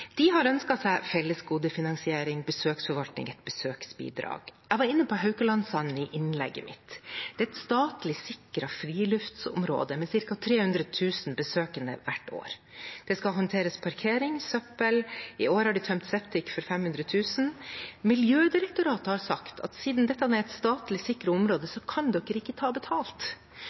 De har ønsket seg fellesgodefinansiering, besøksforvaltning, et besøksbidrag. Jeg var inne på Haukelandssanden i innlegget mitt. Det er et statlig sikret friluftsområde med ca. 300 000 besøkende hvert år. Det skal håndteres parkering, søppel, og i år har de tømt septik for 500 000 kr. Miljødirektoratet har sagt at siden dette er et statlig sikret område, kan de ikke ta betalt.